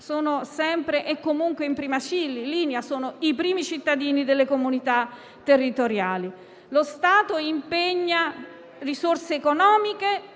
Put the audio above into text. sono sempre e comunque in prima linea e sono i primi cittadini delle comunità territoriali. Lo Stato impegna risorse economiche